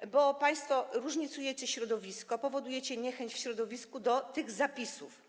dlatego że państwo różnicujecie środowisko, powodujecie niechęć w środowisku do tych zapisów.